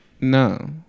No